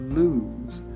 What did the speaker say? lose